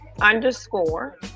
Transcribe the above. underscore